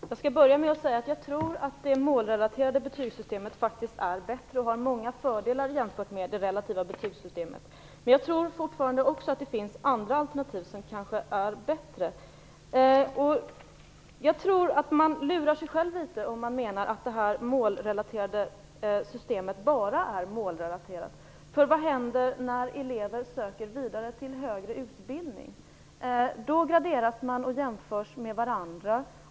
Fru talman! Jag skall börja med att säga att jag tror att det målrelaterade betygssystemet faktiskt är bättre och har många fördelar jämfört med det relativa betygssystemet. Men jag tror fortfarande att det finns andra alternativ som kanske är bättre. Man lurar sig själv litet om man menar att det målrelaterade systemet bara är målrelaterat. Vad händer när elever söker vidare till högre utbildning? Då graderas de och jämförs med varandra.